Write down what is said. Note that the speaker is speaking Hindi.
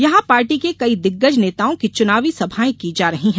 यहां पार्टी के कई दिग्गज नेताओं की चुनावी सभाये की जा रही हैं